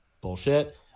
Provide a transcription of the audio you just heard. Bullshit